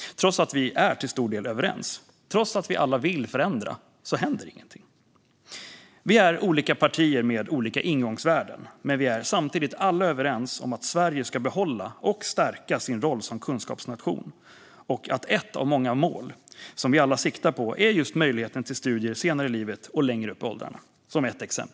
Trots att vi till stor del är överens och trots att vi alla vill förändra händer ingenting. Vi är olika partier med olika ingångsvärden, men vi är samtidigt alla överens om att Sverige ska behålla och stärka sin roll som kunskapsnation. Ett av många mål vi alla siktar på är möjligheten till studier senare i livet och längre upp i åldrarna.